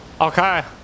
Okay